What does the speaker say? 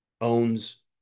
owns